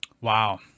Wow